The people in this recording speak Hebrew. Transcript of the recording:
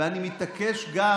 ואני מתעקש גם